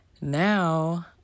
now